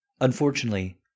Unfortunately